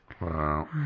Wow